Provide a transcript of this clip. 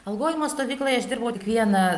algojimo stovykloj aš dirbau tik vieną